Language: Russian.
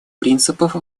принципов